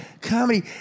comedy